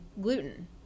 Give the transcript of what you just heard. gluten